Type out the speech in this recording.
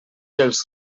els